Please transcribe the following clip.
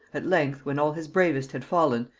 at length, when all his bravest had fallen,